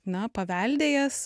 na paveldėjęs